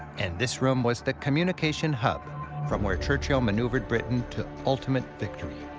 and this room was the communication hub from where churchill maneuvered britain to ultimate victory.